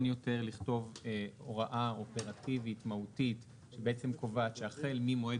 יותר לכתוב הוראה אופרטיבית מהותית שבעצם קובעת שהחל ממועד